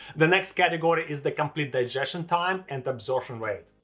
the next category is the complete digestion time and absorption rate.